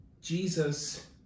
Jesus